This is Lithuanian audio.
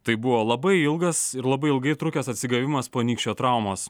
tai buvo labai ilgas ir labai ilgai trukęs atsigavimas po nykščio traumos